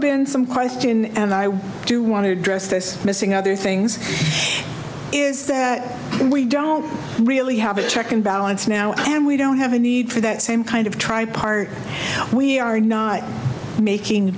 been some question and i do want to address this missing other things is that we don't really have a check and balance now and we don't have a need for that same kind of tripe are we are not making